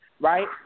right